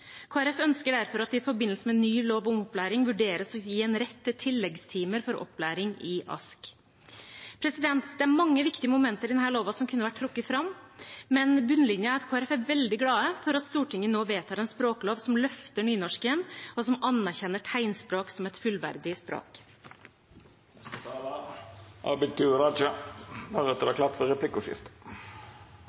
forbindelse med ny lov om opplæring vurderes å gi en rett til tilleggstimer for opplæring i ASK. Denne loven har mange viktige momenter som kunne ha vært trukket fram, men bunnlinjen er at Kristelig Folkeparti er veldig glad for at Stortinget nå vedtar en språklov som løfter nynorsken, og som anerkjenner tegnspråk som et fullverdig språk.